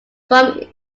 from